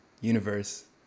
universe